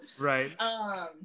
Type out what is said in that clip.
Right